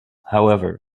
however